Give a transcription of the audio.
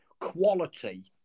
quality